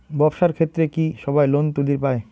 ব্যবসার ক্ষেত্রে কি সবায় লোন তুলির পায়?